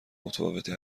متفاوتی